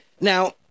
Now